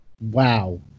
Wow